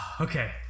Okay